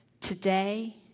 today